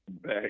back